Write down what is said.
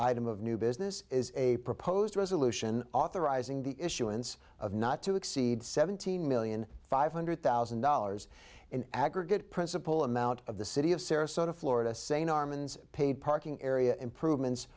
item of new business is a proposed resolution authorizing the issuance of not to exceed seventeen million five hundred thousand dollars in aggregate principal amount of the city of sarasota florida saying armin's paid parking area improvements